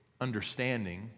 understanding